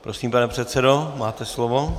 Prosím, pane předsedo, máte slovo.